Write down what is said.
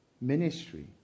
ministry